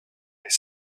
les